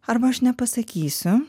arba aš nepasakysiu